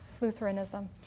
Lutheranism